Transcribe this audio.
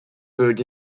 bird